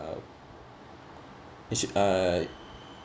uh it should uh